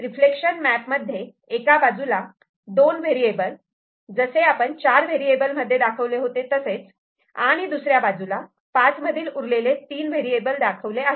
reflection map मध्ये एका बाजूला दोन व्हेरिएबल जसे आपण चार व्हेरिएबल मध्ये दाखवले होते तसेच आणि दुसऱ्या बाजूला पाच मधील उरलेले तीन व्हेरिएबल दाखवले आहेत